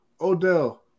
Odell